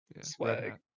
Swag